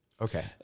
Okay